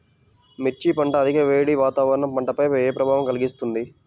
మిర్చి పంట అధిక వేడి వాతావరణం పంటపై ఏ ప్రభావం కలిగిస్తుంది?